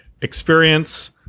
experience